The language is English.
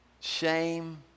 shame